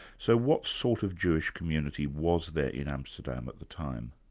so what sort of jewish community was there in amsterdam at the time?